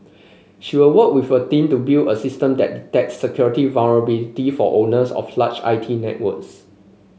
she will work with a team to build a system that detects security vulnerability for owners of large I T networks